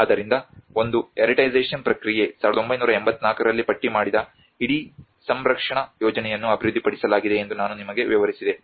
ಆದ್ದರಿಂದ ಒಂದು ಹೆರೀಟೈಸಷನ್ ಪ್ರಕ್ರಿಯೆ 1984 ರಲ್ಲಿ ಪಟ್ಟಿಮಾಡಿದ ಇಡೀ ಸಂರಕ್ಷಣಾ ಯೋಜನೆಯನ್ನು ಅಭಿವೃದ್ಧಿಪಡಿಸಲಾಗಿದೆ ಎಂದು ನಾನು ನಿಮಗೆ ವಿವರಿಸಿದೆ